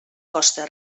costa